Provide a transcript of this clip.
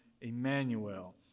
Emmanuel